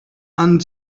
and